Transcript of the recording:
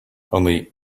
only